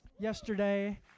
Yesterday